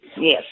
Yes